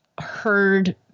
heard